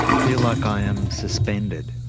ah feel like i am suspended,